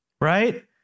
Right